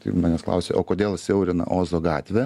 tai manęs klausė o kodėl siaurina ozo gatvę